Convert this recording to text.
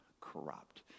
corrupt